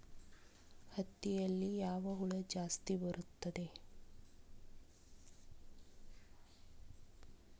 ಹತ್ತಿಯಲ್ಲಿ ಯಾವ ಹುಳ ಜಾಸ್ತಿ ಬರುತ್ತದೆ?